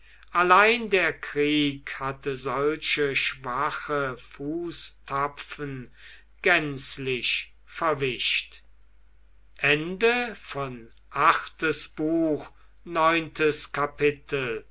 allein der krieg hatte solche schwache fußtapfen gänzlich verwischt